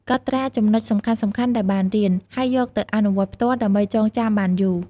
កត់ត្រាចំណុចសំខាន់ៗដែលបានរៀន ហើយយកទៅអនុវត្តផ្ទាល់ដើម្បីចងចាំបានយូរ។